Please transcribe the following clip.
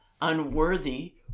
unworthy